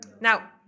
Now